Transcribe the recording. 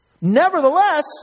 Nevertheless